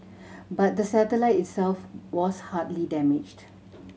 but the satellite itself was hardly damaged